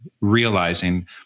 realizing